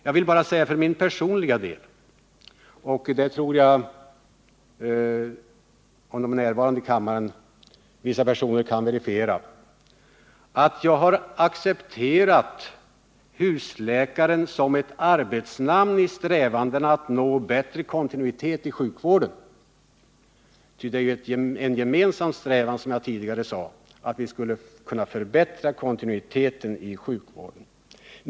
Jag vill bara säga för min personliga del — och det tror jag att vissa personer kan verifiera, om de är närvarande i kammaren — att jag har accepterat husläkaren som ett arbetsnamn när det gäller strävandena att nå bättre kontinuitet i sjukvården. Det är ju, som jag tidigare sade, en gemensam strävan att förbättra kontinuiteten i sjukvården.